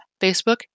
Facebook